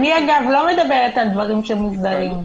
אני, אגב, לא מדברת על דברים שהם מוסדרים.